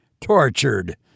tortured